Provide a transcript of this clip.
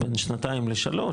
בין שנתיים לשלוש,